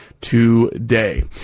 today